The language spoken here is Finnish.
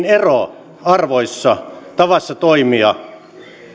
ero arvoissa tavassa toimia